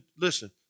listen